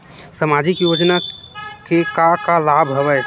सामाजिक योजना के का का लाभ हवय?